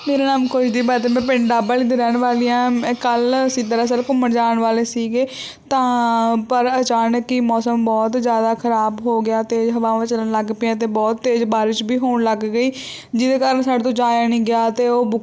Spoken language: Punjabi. ਮੇਰਾ ਨਾਮ ਖੁਸ਼ਦੀਪ ਬਾਦਲ ਮੈਂ ਪਿੰਡ ਡੱਬਵਾਲੀ ਦੀ ਰਹਿਣ ਵਾਲੀ ਹਾਂ ਮੈਂ ਕੱਲ੍ਹ ਅਸੀਂ ਦਰਅਸਲ ਘੁੰਮਣ ਜਾਣ ਵਾਲੇ ਸੀਗੇ ਤਾਂ ਪਰ ਅਚਾਨਕ ਹੀ ਮੌਸਮ ਬਹੁਤ ਜ਼ਿਆਦਾ ਖ਼ਰਾਬ ਹੋ ਗਿਆ ਤੇਜ਼ ਹਵਾਵਾਂ ਚੱਲਣ ਲੱਗ ਪਈਆਂ ਅਤੇ ਬਹੁਤ ਤੇਜ਼ ਬਾਰਿਸ਼ ਵੀ ਹੋਣ ਲੱਗ ਗਈ ਜਿਹਦੇ ਕਾਰਨ ਸਾਡੇ ਤੋਂ ਜਾਇਆ ਨਹੀਂ ਗਿਆ ਅਤੇ ਉਹ ਬੁਕ